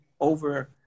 over